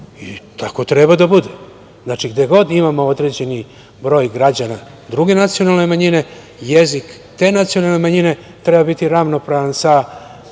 tako treba da bude. Znači, gde god imamo određeni broj građana druge nacionalne manjine, jezik te nacionalne manjine treba biti ravnopravan sa